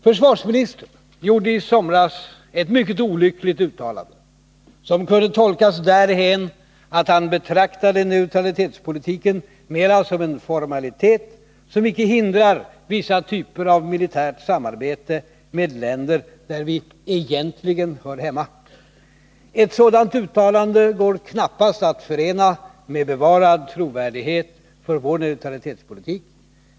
Försvarsministern gjorde i somras ett mycket olyckligt uttalande, som kunde tolkas så, att han betraktade neutralitetspolitiken mera som en formalitet som icke hindrar vissa typer av militärt samarbete med länder där vi egentligen ”hör hemma”. Ett sådant uttalande går knappast att förena med bevarad trovärdighet för vår neutralitetspolitik.